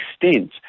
extent